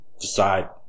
decide